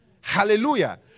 hallelujah